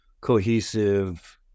cohesive